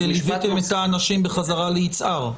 כי ליותם את האנשים חזרה ליצהר.